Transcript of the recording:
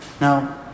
Now